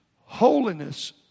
holiness